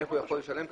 איך הוא יכול לשלם,